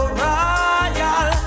royal